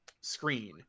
screen